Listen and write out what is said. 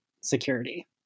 security